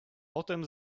potem